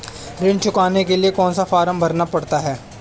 ऋण चुकाने के लिए कौन सा फॉर्म भरना पड़ता है?